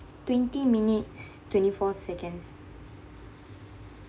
twenty minutes twenty four seconds